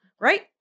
Right